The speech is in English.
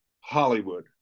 Hollywood